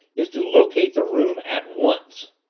is to locate the room at once.